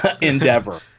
endeavor